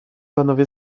panowie